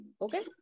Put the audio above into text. Okay